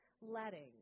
letting